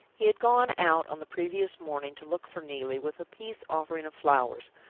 he had gone out on the previous morning to look for neelie with a peace-offering of flowers,